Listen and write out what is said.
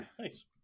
nice